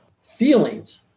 feelings